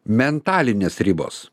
mentalinės ribos